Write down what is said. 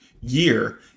year